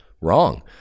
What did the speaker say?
Wrong